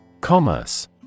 Commerce